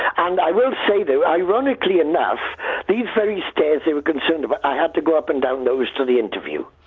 and i will say though, ironically enough these very stairs they were concerned about, i had to go up and down those to the interview.